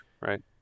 right